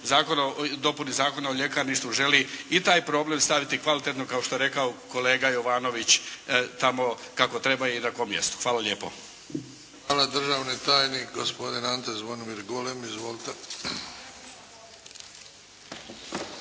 dopuni Zakona o ljekarništvu želi i taj problem staviti kvalitetno kao što je rekao kolega Jovanović tamo kako treba i na kom mjestu. Hvala lijepo. **Bebić, Luka (HDZ)** Hvala. Državni tajnik, gospodin Ante Zvonimir Golem. Izvolite.